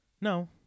No